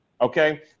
okay